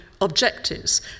objectives